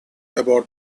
about